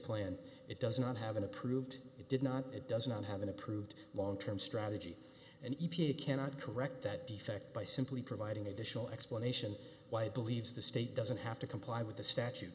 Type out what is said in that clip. plan it does not have an approved it did not it does not have an approved long term strategy and cannot correct that defect by simply providing additional explanation why believes the state doesn't have to comply with the statu